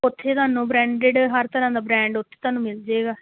ਉੱਥੇ ਤੁਹਾਨੂੰ ਬਰੈਂਡਡ ਹਰ ਤਰ੍ਹਾਂ ਦਾ ਬ੍ਰਾਂਡ ਉੱਥੇ ਤੁਹਾਨੂੰ ਮਿਲ ਜਾਏਗਾ